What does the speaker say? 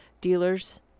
dealers